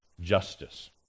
justice